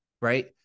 right